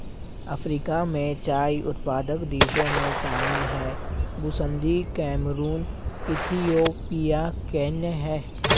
Africa में चाय उत्पादक देशों में शामिल हैं बुसन्दी कैमरून इथियोपिया केन्या है